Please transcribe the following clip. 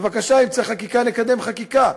בבקשה, אם צריך חקיקה, נקדם חקיקה.